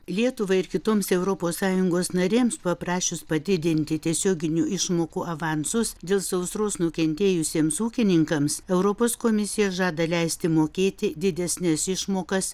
lietuvai ir kitoms europos sąjungos narėms paprašius padidinti tiesioginių išmokų avansus dėl sausros nukentėjusiems ūkininkams europos komisija žada leisti mokėti didesnes išmokas